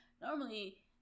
Normally